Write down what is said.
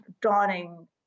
dawning